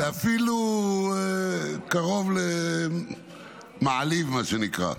זה אפילו קרוב למעליב, מה שנקרא.